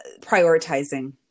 Prioritizing